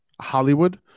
hollywood